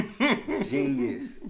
genius